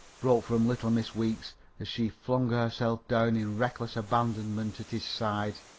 broke from little miss weeks as she flung herself down in reckless abandonment at his side.